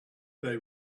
they